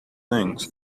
things